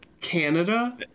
Canada